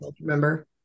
remember